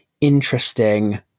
interesting